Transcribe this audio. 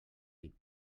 nit